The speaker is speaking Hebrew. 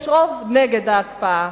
יש רוב נגד ההקפאה,